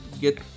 get